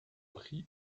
prix